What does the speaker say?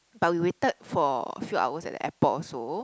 but we waited for few hours at the airport also